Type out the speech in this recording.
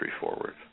forward